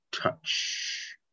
touch